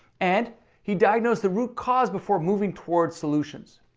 and he diagnosed the root cause before moving towards solutions.